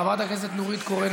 חברת הכנסת נורית קורן,